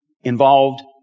involved